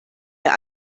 der